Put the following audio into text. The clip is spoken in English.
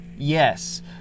Yes